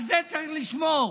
על זה צריך לשמור,